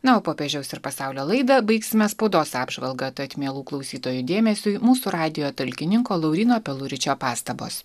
na o popiežiaus ir pasaulio laidą baigsime spaudos apžvalga tad mielų klausytojų dėmesiui mūsų radijo talkininko lauryno peluričio pastabos